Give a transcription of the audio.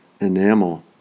enamel